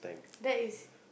that is